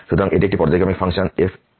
সুতরাং এটি একটি পর্যায়ক্রমিক ফাংশন fxπ f